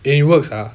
eh it works ah